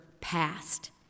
passed